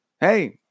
Hey